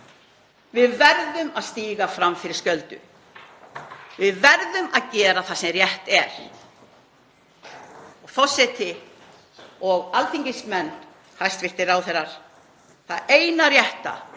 Við verðum að stíga fram fyrir skjöldu og við verðum að gera það sem rétt er. Forseti og alþingismenn, hæstv. ráðherrar, það eina rétta